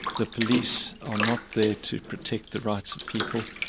the police are not there to protect the rights of people,